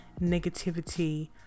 negativity